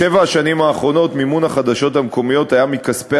בשבע השנים האחרונות מימון החדשות המקומיות היה מכספי